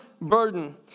burden